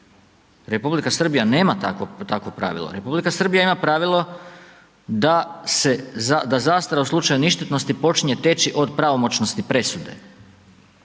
Republika Srbija nema takvog pravila, Republika Srbija ima pravilo da se, da zastara u slučaju ništetnosti počinje teći od pravomoćnosti presude,